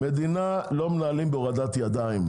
מדינה לא מנהלים בהורדת ידיים.